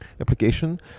application